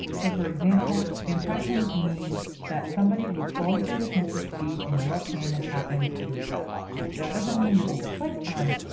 so for example, impressions means that somebody was scrolling through their pinterest feed and your pin happened to show up. now it doesn't mean that they clicked on it,